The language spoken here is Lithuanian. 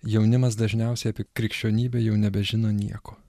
jaunimas dažniausiai apie krikščionybę jau nebežino nieko